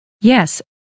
Yes